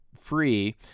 free